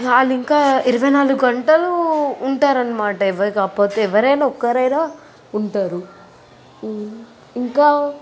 వాళ్ళు ఇంకా ఇరవై నాలుగు గంటలు ఉంటారు అన్నమాట ఎవరూ కాకపోతే ఎవరైనా ఒక్కరు అయినా ఉంటారు ఇంకా